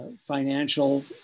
financial